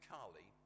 Carly